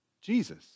Jesus